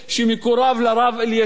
שמקורב לרב אלישיב,